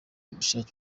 ubushake